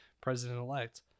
president-elect